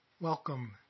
Welcome